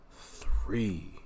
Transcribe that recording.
three